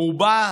על רובה